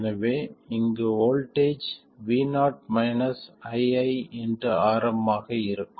எனவே இங்கு voltage vo iiRm ஆக இருக்கும்